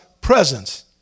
presence